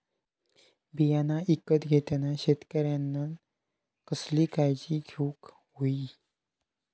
बियाणा ईकत घेताना शेतकऱ्यानं कसली काळजी घेऊक होई?